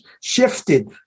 shifted